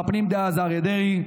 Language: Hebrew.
שר הפנים דאז אריה דרעי,